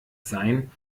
sein